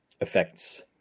affects